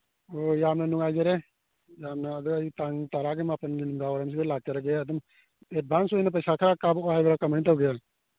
ꯑꯣ ꯌꯥꯝꯅ ꯅꯨꯡꯉꯥꯏꯖꯔꯦ ꯌꯥꯝꯅ ꯑꯗꯨ ꯑꯩ ꯇꯥꯡ ꯇꯔꯥꯒ ꯃꯥꯄꯟꯒꯤ ꯅꯨꯡꯗꯥꯡꯋꯥꯏꯔꯝꯁꯤꯗ ꯂꯥꯛꯆꯔꯒꯦ ꯑꯗꯨꯝ ꯑꯦꯗꯚꯥꯟꯁ ꯑꯣꯏꯅ ꯄꯩꯁꯥ ꯈꯔ ꯀꯥꯞꯄꯛꯑꯣ ꯍꯥꯏꯔ ꯀꯃꯥꯏꯅ ꯇꯧꯒꯦ